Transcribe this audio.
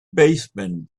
baseman